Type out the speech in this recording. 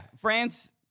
France